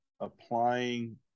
applying